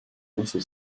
nasıl